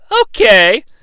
okay